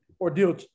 ordeal